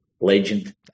legend